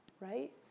right